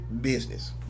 business